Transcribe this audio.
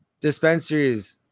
dispensaries